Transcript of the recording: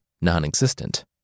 non-existent